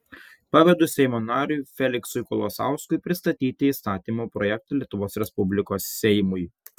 pavedu seimo nariui feliksui kolosauskui pristatyti įstatymo projektą lietuvos respublikos seimui